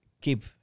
keep